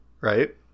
right